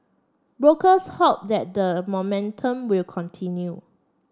brokers hope that the momentum will continue